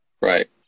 Right